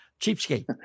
Cheapskate